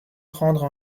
prendre